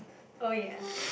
oh ya